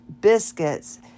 biscuits